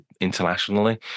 internationally